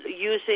using